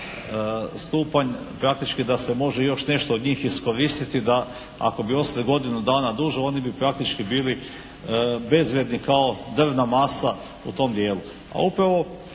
stupanj praktički da se može još nešto od njih iskoristiti da ako bi ostali godinu dana duže oni bi praktički bili bezvrijedni kao drvna masa u tom dijelu.